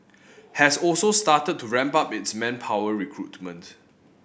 has also started to ramp up its manpower recruitment